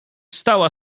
stała